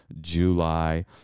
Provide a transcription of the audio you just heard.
July